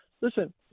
Listen